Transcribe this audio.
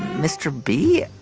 mr. bee,